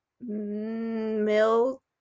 milk